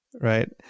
Right